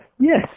Yes